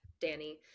danny